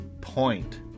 point